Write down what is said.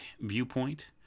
viewpoint